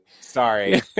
sorry